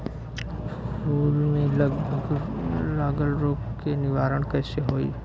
फूल में लागल रोग के निवारण कैसे होयी?